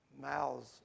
Mouths